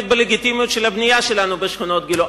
בלגיטימיות של הבנייה שלו בשכונת גילה.